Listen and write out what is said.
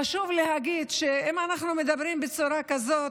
חשוב להגיד שאם אנחנו מדברים בצורה כזאת,